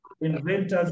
inventors